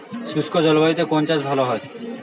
শুষ্ক জলবায়ুতে কোন চাষ ভালো হয়?